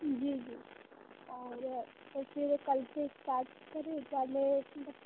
जी जी और तो फिर कल से इस्टार्ट करें क्या